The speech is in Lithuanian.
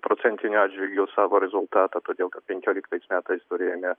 procentiniu atžvilgiu savo rezultatą todėl kad penkioliktais metais turėjome